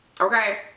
Okay